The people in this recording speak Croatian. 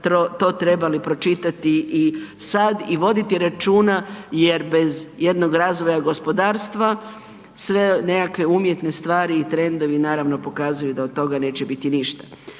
to trebali pročitati sada i voditi računa jer bez jednog razvoja gospodarstva sve nekakve umjetne stvari i trendovi pokazuju da od toga neće biti ništa.